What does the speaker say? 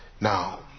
Now